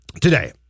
today